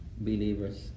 believers